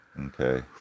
Okay